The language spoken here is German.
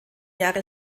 jahre